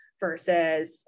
versus